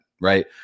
right